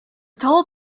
toll